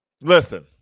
Listen